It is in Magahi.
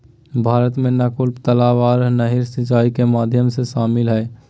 भारत में नलकूप, तलाब आर नहर सिंचाई के माध्यम में शामिल हय